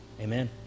Amen